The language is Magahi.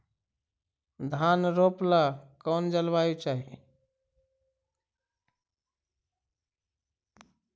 धान रोप ला कौन जलवायु चाही?